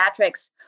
pediatrics